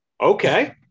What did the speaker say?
Okay